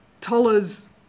Toller's